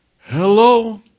Hello